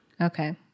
Okay